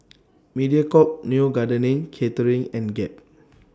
Mediacorp Neo Garden Catering and Gap